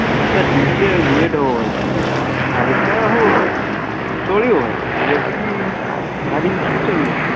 ଜୁତା ଟିକେ ୱେଟ୍ ହବ ଭାଇ ହାଲୁକା ହବ ନା ଚଳିବ ଭାଇ ବେଶୀ ଭାରି ନୁହେଁ ଚଳିବ